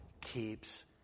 keeps